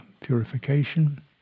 purification